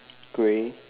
grey